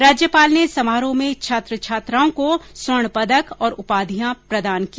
राज्यपाल ने समारोह में छात्र छात्राओं को स्वर्ण पदक और उपाधियां प्रदान की